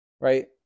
right